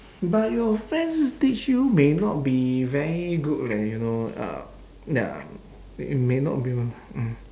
but your friends teach you may not be very good leh you know uh ya it may not be mm